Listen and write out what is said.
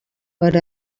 per